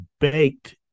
baked